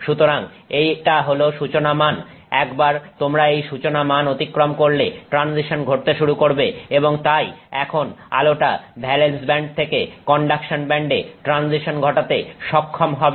সুতরাং এটা হল সূচনা মান একবার তোমরা এই সূচনা মান অতিক্রম করলে ট্রানজিশন ঘটতে শুরু করবে এবং তাই এখন আলোটা ভ্যালেন্স ব্যান্ড থেকে কন্ডাকশন ব্যান্ডে ট্রানজিশন ঘটাতে সক্ষম হবে